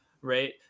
right